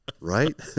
right